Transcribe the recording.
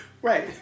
Right